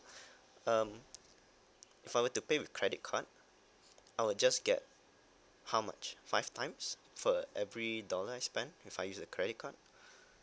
um if I were to pay with credit card I will just get how much five times for every dollar I spent if I use the credit card